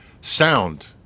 sound